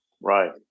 right